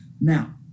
Now